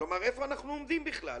איפה אנחנו עומדים בכלל?